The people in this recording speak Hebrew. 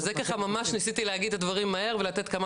אז זה ככה ממש ניסיתי להגיד את הדברים מהר ולתת כמה